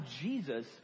Jesus